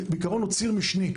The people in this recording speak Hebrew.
בעיקרון הוא ציר משני,